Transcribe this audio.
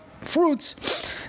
fruits